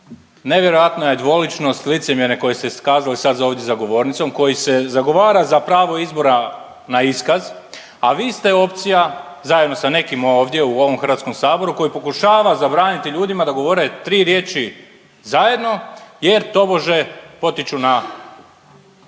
nevjerojatna je dvoličnost i licemjerje koje ste iskazali sad za ovdje za govornicom koji se zagovara za pravo izbora na iskaz, a vi ste opcija, zajedno sa nekim ovdje u ovom HS-u koji pokušava zabraniti ljudima da govore tri riječi zajedno jer tobože potiču na